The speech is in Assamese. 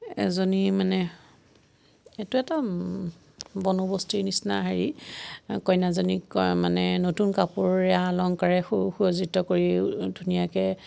এজনী মানে এইটো এটা বন্দৱস্তিৰ নিচিনা হেৰি কইনাজনীক মানে নতুন কাপোৰেৰে আ অলংকাৰে সু সুসজ্জিত কৰি ধুনীয়াকৈ